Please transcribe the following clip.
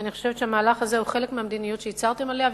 ואני חושבת שהמהלך הזה הוא חלק מהמדיניות שהצהרתם עליה,